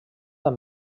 amb